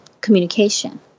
communication